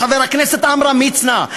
חבר הכנסת עמרם מצנע,